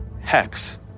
hex